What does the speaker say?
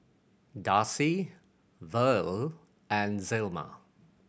Darcie Verle and Zelma